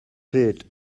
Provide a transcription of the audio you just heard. pryd